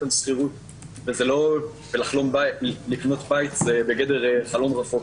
על שכירות ולקנות בית זה בגדר חלום רחוק.